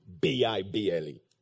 B-I-B-L-E